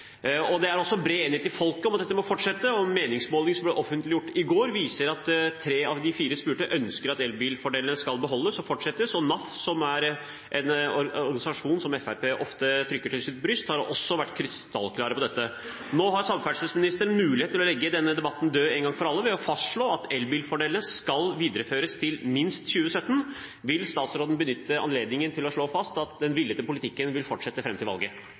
Det er også bred enighet i folket om at dette må fortsette. Meningsmålinger som ble offentliggjort i går, viser at tre av fire spurte ønsker at en skal beholde elbilfordelene, og NAF, som er en organisasjon som Fremskrittspartiet ofte trykker til sitt bryst, har også vært krystallklare på dette. Nå har samferdselsministeren mulighet til å legge denne debatten død en gang for alle ved å fastslå at elbilfordelene skal videreføres til minst 2017. Vil statsråden benytte anledningen til å slå fast at den villede politikken vil fortsette fram til valget?